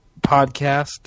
Podcast